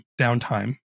downtime